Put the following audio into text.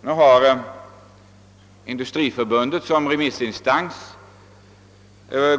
Nu har Industriförbundet såsom remissinstans